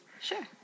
sure